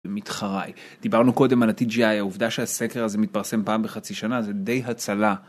מתחרי. דיברנו קודם על ה-TGI, העובדה שהסקר הזה מתפרסם פעם בחצי שנה זה די הצלה.